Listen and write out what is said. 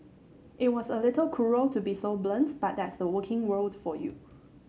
it's a little cruel to be so blunt but that's the working world for you